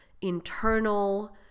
internal